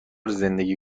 زندگی